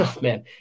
man